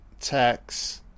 text